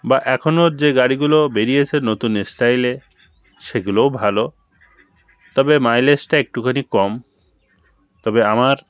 বা এখনও যে গাড়িগুলো বেরিয়েছে নতুন স্টাইলে সেগুলোও ভালো তবে মাইলেজটা একটুখানি কম তবে আমার